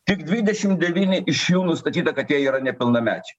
tik dvidešim devyni iš jų nustatyta kad jie yra nepilnameč